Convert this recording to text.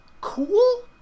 cool